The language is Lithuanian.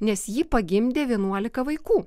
nes ji pagimdė vienuolika vaikų